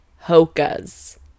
Hoka's